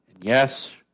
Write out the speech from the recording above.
Yes